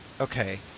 Okay